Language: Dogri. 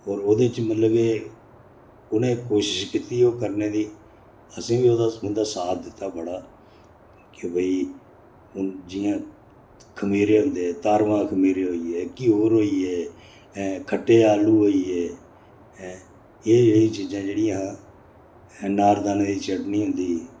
होर ओह्दे च मतलब एह् उनें कोशिश कीती एह् करने दी असें बी ओह्दा उंदा साथ दित्ता बड़ा के भई हून जियां खमीरे होंदे तारूआं खमीरे होई गे घ्यूर होई गे ऐं खट्टे आलू होई गे ऐं एह् जेह्ड़ियां चीजां जेह्ड़ियां हां नारदाने दी चटनी होंदी ही